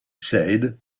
said